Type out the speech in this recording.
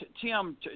Tim